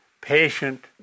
Patient